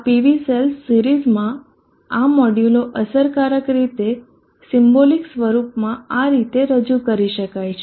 આ PV cells સિરીઝમાં આ મોડ્યુલો અસરકારક રીતે સિમ્બોલિક સ્વરૂપમાં આ રીતે રજૂ કરી શકાય છે